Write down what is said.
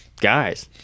guys